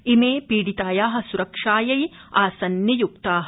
प्रि पीडिताया सुरक्षायै आसन् नियुक्ता